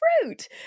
fruit